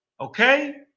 Okay